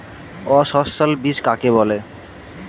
অসস্যল বীজ কাকে বলে?